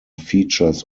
features